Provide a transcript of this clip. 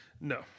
No